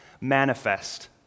manifest